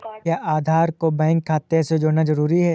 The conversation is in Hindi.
क्या आधार को बैंक खाते से जोड़ना जरूरी है?